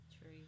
True